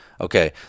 Okay